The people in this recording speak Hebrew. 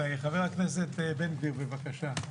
חבר הכנסת בן גביר, בבקשה.